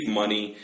money